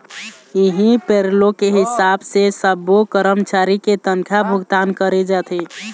इहीं पेरोल के हिसाब से सब्बो करमचारी के तनखा भुगतान करे जाथे